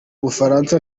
bufaransa